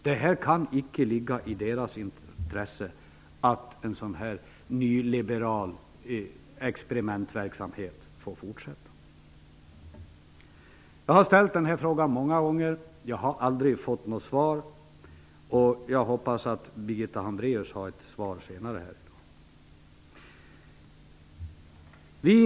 Det kan icke ligga i deras intresse att en sådan här nyliberal experimentverksamhet får fortsätta. Jag har ställt samma fråga många gånger, men jag har aldrig fått något svar. Jag hoppas dock att Birgitta Hambraeus har ett svar att ge här senare i dag.